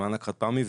במענק חד פעמי,